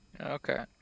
Okay